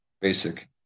basic